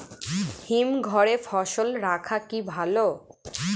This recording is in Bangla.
হিমঘরে ফসল রাখা কি ভালো?